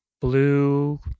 blue